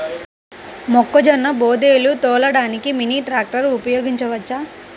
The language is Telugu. మొక్కజొన్న బోదెలు తోలడానికి మినీ ట్రాక్టర్ ఉపయోగించవచ్చా?